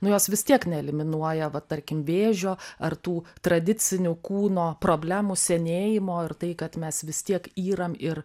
nu jos vis tiek neeliminuoja va tarkim vėžio ar tų tradicinių kūno problemų senėjimo ir tai kad mes vis tiek yram ir